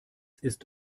ist